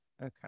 okay